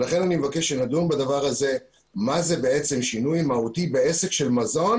לכן אני מבקש שנדון בשאלה מה זה שינוי מהותי בעסק של מזון